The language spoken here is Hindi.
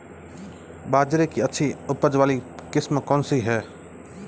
बाजरे की अच्छी उपज वाली किस्म कौनसी है?